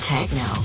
Techno